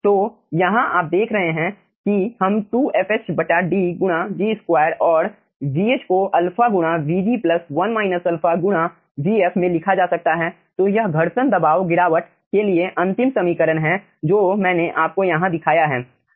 तो यहाँ आप देख रहे हैं कि हम 2 fh D गुणा G2 और vh को α गुणा vg प्लस 1 अल्फा गुणा vf में लिखा जा सकता है तो यह घर्षण दबाव गिरावट के लिए अंतिम समीकरण है जो मैंने आपको यहाँ दिखाया है